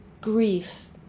grief